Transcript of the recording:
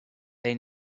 they